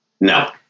No